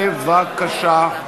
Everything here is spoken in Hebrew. בבקשה.